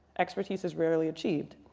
expertise is rarely achieved.